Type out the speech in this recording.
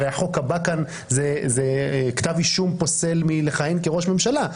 הרי החוק הבא כאן זה כתב אישום פוסל מלכהן כראש ממשלה.